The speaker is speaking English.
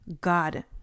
God